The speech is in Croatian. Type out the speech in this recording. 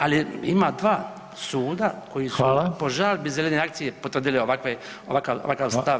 Ali ima dva suda koji su po žalbi zelene akcije potvrdili ovakav stav